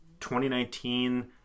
2019